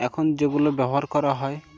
এখন যেগুলো ব্যবহার করা হয়